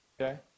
okay